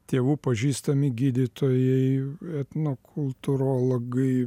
tėvų pažįstami gydytojai etnokultūrologai